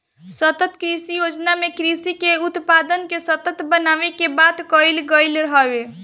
सतत कृषि योजना में कृषि के उत्पादन के सतत बनावे के बात कईल गईल हवे